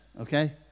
okay